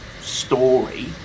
story